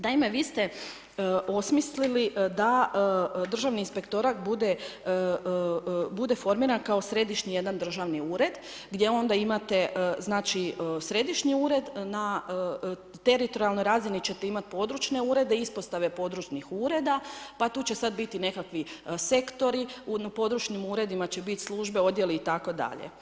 Naime, vi ste osmislili da Državni inspektorat bude formiran kao središnji jedan državni ured gdje onda imate znači središnji ured, na teritorijalnoj razini ćete imati područne urede, ispostave područnih ureda, pa tu će sada biti nekakvi sektori, u područnim uredima će biti službe, odjeli itd.